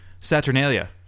Saturnalia